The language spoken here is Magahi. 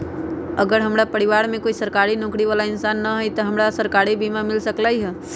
अगर हमरा परिवार में कोई सरकारी नौकरी बाला इंसान हई त हमरा सरकारी बीमा मिल सकलई ह?